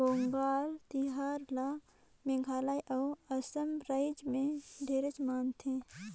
वांगला तिहार ल मेघालय अउ असम रायज मे ढेरे मनाथे